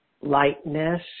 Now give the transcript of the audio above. lightness